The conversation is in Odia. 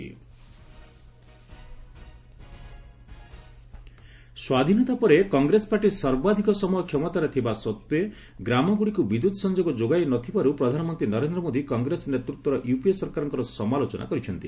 ପିଏମ୍ ଇକ୍ଟରାକୁନ୍ ସ୍ୱାଧୀନତା ପରେ କଂଗ୍ରେସ ପାର୍ଟି ସର୍ବାଧକ ସମୟ କ୍ଷମତାରେ ଥିବା ସତ୍ତ୍ୱେ ଗ୍ରାମଗ୍ରଡ଼ିକ୍ ବିଦ୍ୟତ୍ ସଂଯୋଗ ଯୋଗାଇ ନ ଥିବାର୍ ପ୍ରଧାନମନ୍ତ୍ରୀ ନରେନ୍ଦ୍ର ମୋଦି କଂଗ୍ରେସ ନେତୃତ୍ୱର ୟୁପିଏ ସରକାରଙ୍କର ସମାଲୋଚନା କରିଛନ୍ତି